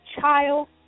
child